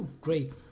great